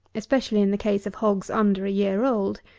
especially in the case of hogs under a year old.